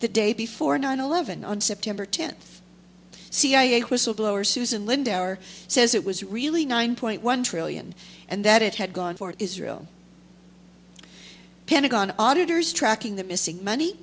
the day before nine eleven on september tenth cia whistleblower susan lindauer says it was really nine point one trillion and that it had gone for israel pentagon auditors tracking the missing money